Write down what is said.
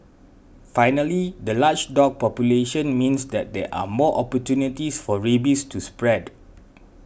finally the large dog population means that there are more opportunities for rabies to spread